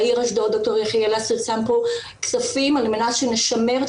בעיר אשדוד ד"ר יחיאל לסרי שם פה כספים על מנת שנשמר את